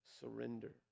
surrender